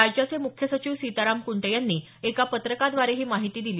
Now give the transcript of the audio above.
राज्याचे मुख्य सचिव सीताराम कुंटे यांनी एका पत्रकाद्वारे ही माहिती दिली